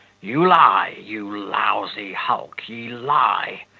you lie, you lousy hulk! ye lie!